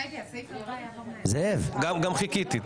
גם חיכיתי.